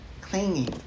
clinging